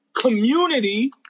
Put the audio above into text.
Community